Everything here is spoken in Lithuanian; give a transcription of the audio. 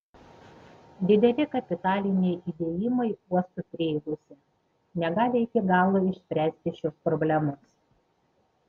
dideli kapitaliniai įdėjimai uostų prieigose negali iki galo išspręsti šios problemos